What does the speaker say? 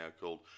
called